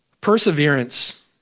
Perseverance